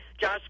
Josh